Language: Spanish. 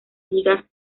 ligas